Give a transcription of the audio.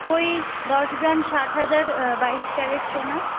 ওই দশ গ্রাম ষাট হাজার বাইশ ক্যারেট সোনা